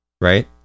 right